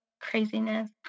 craziness